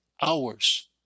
hours